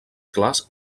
clars